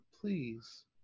please